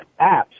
apps